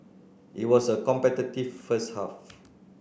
it was a competitive first half